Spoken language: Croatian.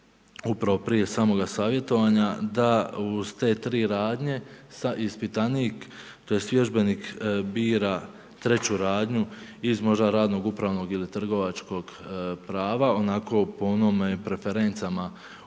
upravo prije samoga savjetovanja, da s te tri radnje, ispitanik, tj. vježbenik bira treću radnju, iz možda, radno, upravnog ili trgovačkog prava, onako po onome, preferencama,